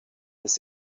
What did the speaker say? des